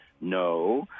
No